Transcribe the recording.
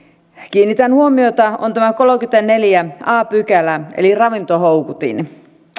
kiinnitän huomiota on tämä kolmaskymmenesneljäs a pykälä eli ravintohoukutin